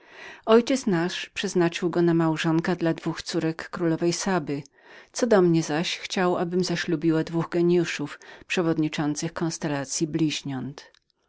ojciec mój przeznaczał go na małżonka dla dwóch córek królowej saby co zaś do mnie chciał abym zaślubiła dwóch genjuszów przewodniczących konstellacyi bliźniąt